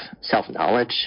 self-knowledge